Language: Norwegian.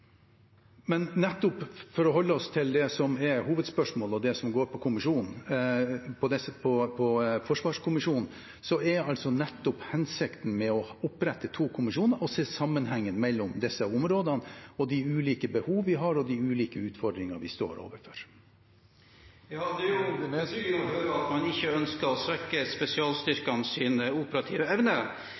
holde oss til det som er hovedspørsmålet, det som går på forsvarskommisjonen, er altså hensikten med å opprette to kommisjoner nettopp å se sammenhengen mellom disse områdene og de ulike behov vi har, og de ulike utfordringer vi står overfor. Det er betryggende å høre at man ikke ønsker å svekke spesialstyrkenes operative evne,